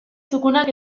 txukunak